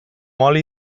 oli